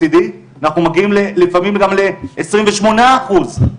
אנחנו מגיעים לפעמים גם לעשרים ושמונה אחוז.